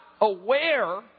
aware